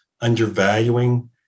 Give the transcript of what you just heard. undervaluing